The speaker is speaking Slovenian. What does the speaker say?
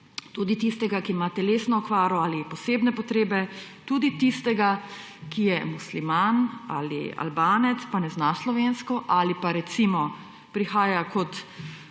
tudi tistega, ki ima telesno okvaro ali posebne potrebe, tudi tistega, ki je musliman ali Albanec in ne zna slovensko, ali pa tistega, recimo, ki prihaja kot